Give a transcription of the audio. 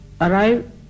arrive